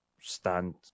stand